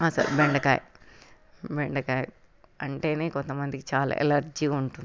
అసలు బెండకాయ బెండకాయ అంటే కొంతమందికి చాలా ఎలర్జీగా ఉంటుంది